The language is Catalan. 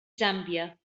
zàmbia